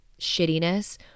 shittiness